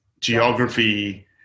Geography